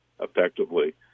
effectively